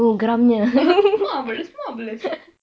marvellous marvellous